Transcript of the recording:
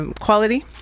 quality